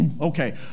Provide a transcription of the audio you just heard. okay